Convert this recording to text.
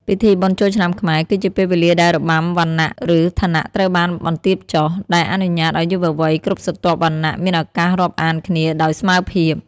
ពិធីបុណ្យចូលឆ្នាំខ្មែរ គឺជាពេលវេលាដែលរបាំងវណ្ណៈ ឬឋានៈត្រូវបានបន្ទាបចុះ ដែលអនុញ្ញាតឱ្យយុវវ័យគ្រប់ស្រទាប់វណ្ណៈមានឱកាសរាប់អានគ្នាដោយស្មើភាព។